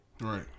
Right